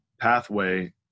pathway